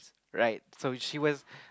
right so she was